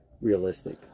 realistic